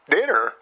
Dinner